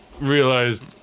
realized